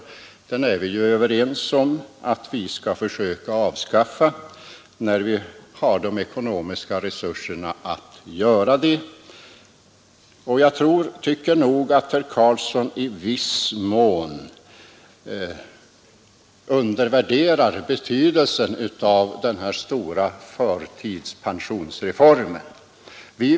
Den orättvisan är vi ju överens om att vi skall avskaffa, när vi har de ekonomiska resurserna att göra det. Jag tycker också att herr Carlsson i viss mån undervärderar betydelsen av den stora förtidspensionsreformen.